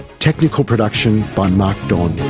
technical production by mark don.